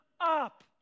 up